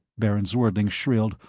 baron zwerdling shrilled.